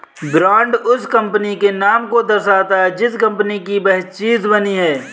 brand उस company के नाम को दर्शाता है जिस कंपनी की वह चीज बनी है